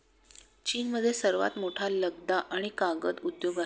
चीनमध्ये सर्वात मोठा लगदा आणि कागद उद्योग आहे